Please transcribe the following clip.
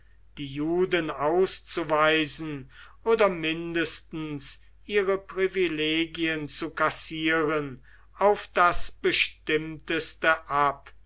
die juden auszuweisen oder mindestens ihre privilegien zu kassieren auf das bestimmteste ab